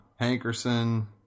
Hankerson